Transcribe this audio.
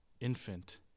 infant